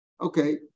Okay